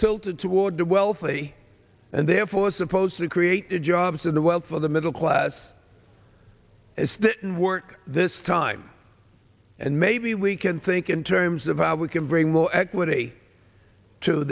tilted toward the wealthy and therefore supposed to create jobs in the world for the middle class as they work this time and maybe we can think in terms of how we can bring more equity to